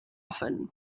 often